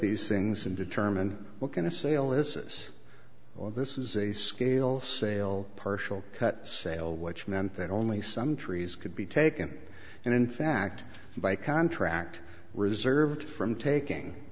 these things and determine what kind of sale is this or this is a scale sale partial cut sale which meant that only some trees could be taken and in fact by contract reserved from taking